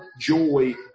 joy